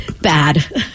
Bad